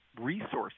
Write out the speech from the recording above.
resources